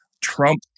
Trump